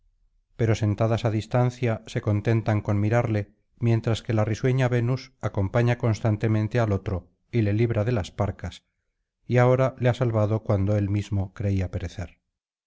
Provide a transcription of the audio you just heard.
pero sentadas á distancia se contentan con mirarle mientras que la risueña venus acompaña constantemente al otro y le libra de las parcas y ahora le ha salvado cuando él mismo creía perecer